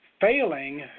failing